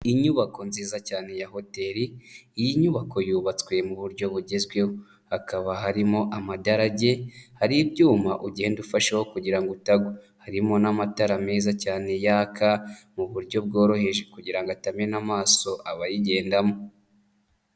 Inyubako nziza cyane ya hoteri, iyi nyubako yubatswe mu buryo bugezweho, hakaba harimo amadage hari ibyuma ugenda ufashe kugira ngo utagwa, harimo n'amatara meza cyane yaka mu buryo bworoheje kugira ngo atamena amaso abayigendamo.